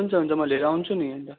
हुन्छ हुन्छ म लिएर आउँछु नि अन्त